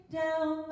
down